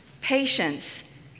patience